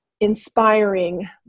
inspiring